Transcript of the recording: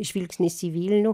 žvilgsnis į vilnių